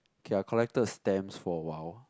okay I collected stamps for a while